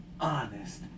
Honest